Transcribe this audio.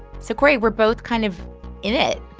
so cory, we're both kind of in it,